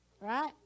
Right